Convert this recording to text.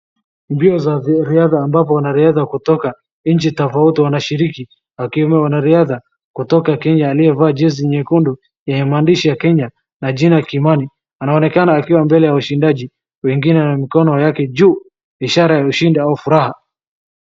Mbio za ridhaa ambapo wanaridhaa kutoka nchi tofauti wanashiriki wakiwemo wanaridhaa kutoka Kenya aliyevaa jezi nyekundu yenye imeandishi ya Kenya na jina Kimani. Anaonekana akiwa mbele ya ushidaji wengine na mikono yake juu ishara ya kushida au furaha.